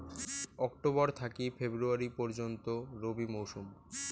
October থাকি February পর্যন্ত রবি মৌসুম